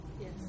Yes